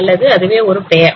அல்லது அதுவே ஒரு பெயர்